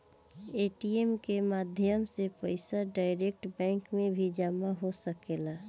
ATM के माध्यम से पईसा डायरेक्ट बैंक में भी जामा हो सकेला